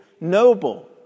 noble